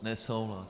Nesouhlas.